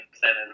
seven